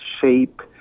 shape